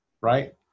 right